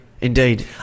Indeed